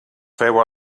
féu